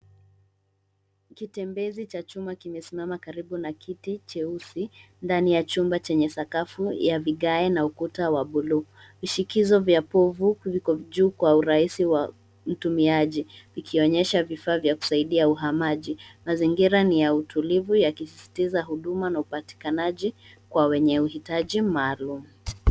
Kitembezi cha chuma kimesimama karibu na kiti cheusi ndani ya chumba chenye sakafu ya vigae na ukuta wa buluu. Vishikizo vya povu viko juu kwa urahisi wa mtumiaji ikionyesha vifaa vya kusaidia uhamaji. Mazingira ni ya utulivu yakisisitiza huduma na upatikanaji kwa wenye hitaji maalum.